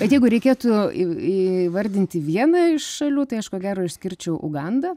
bet jeigu reikėtų į įvardinti vieną iš šalių tai aš ko gero išskirčiau ugandą